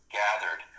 gathered